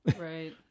right